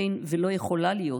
אין ולא יכולה להיות